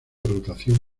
rotación